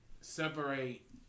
separate